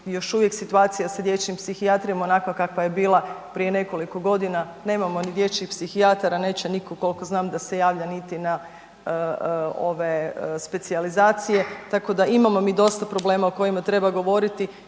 još uvijek situacija sa dječjim psihijatrima onakva kakva je bila prije nekoliko godina, nemamo ni dječjih psihijatara, neće niko kolko znam da se javlja niti na ove specijalizacije, tako da imamo mi dosta problema o kojima treba govoriti